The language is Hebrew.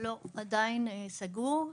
עדיין סגור.